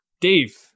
Dave